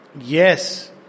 Yes